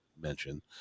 mention